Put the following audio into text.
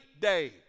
day